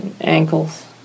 ankles